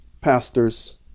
pastors